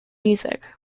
music